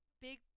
big